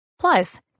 Plus